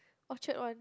Orchard one